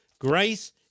Grace